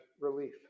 relief